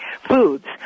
foods